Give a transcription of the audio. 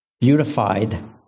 beautified